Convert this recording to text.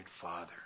father